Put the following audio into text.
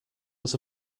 was